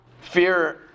fear